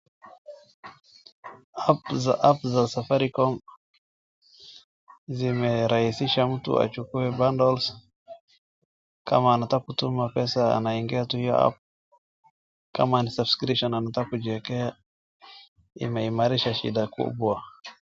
App za Safaricom zimerahisisha mtu achukue bundles . Kama anataka kutuma pesa anaingia tu hio app . Kama ni subscriptions anataka kujiekea imeimarisha shida kubwa.